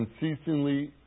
unceasingly